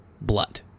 blood